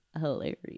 hilarious